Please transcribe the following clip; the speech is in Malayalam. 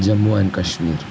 ജമ്മു ആന്ഡ് കാശ്മീര്